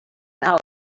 known